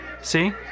See